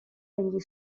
negli